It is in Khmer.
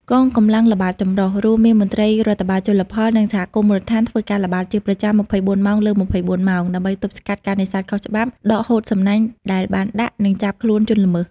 កងកម្លាំងល្បាតចម្រុះ រួមមានមន្ត្រីរដ្ឋបាលជលផល និងសហគមន៍មូលដ្ឋាន ធ្វើការល្បាតជាប្រចាំ ២៤ ម៉ោងលើ ២៤ ម៉ោង ដើម្បីទប់ស្កាត់ការនេសាទខុសច្បាប់ ដកហូតសំណាញ់ដែលបានដាក់ និងចាប់ខ្លួនជនល្មើស។